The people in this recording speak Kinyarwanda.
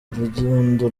urugendo